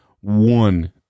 one